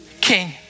king